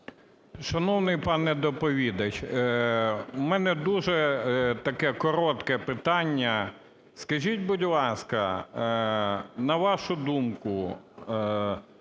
Шановний пане доповідач, у мене дуже таке коротке питання. Скажіть, будь ласка, на вашу думку,